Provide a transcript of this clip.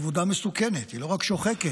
עבודה מסוכנת, היא לא רק שוחקת: